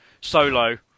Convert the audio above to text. solo